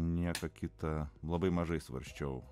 nieko kita labai mažai svarsčiau